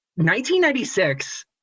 1996